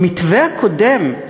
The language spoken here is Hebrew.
במתווה הקודם,